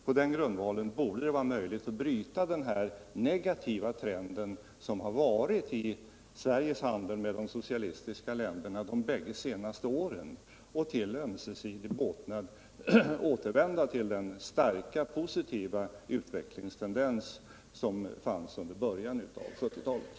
På den grundvalen borde det vara möjligt att bryta den negativa trend som har — Nr 77